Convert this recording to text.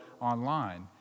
online